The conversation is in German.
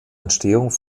entstehung